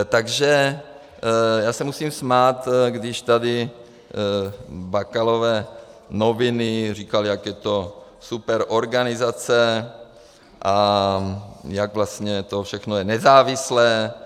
Takže já se musím smát, když tady Bakalovy noviny říkaly, jaká je to super organizace a jak vlastně to všechno je nezávislé.